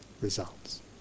results